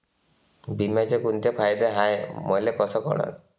बिम्याचे कुंते फायदे हाय मले कस कळन?